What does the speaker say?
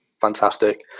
fantastic